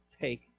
take